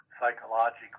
psychologically